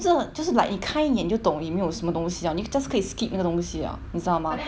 就是就是 like 你开眼就懂你没有什么东西要你 just 可以 skip 那东西 liao 你知道吗